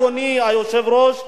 אדוני היושב-ראש,